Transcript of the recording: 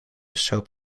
soap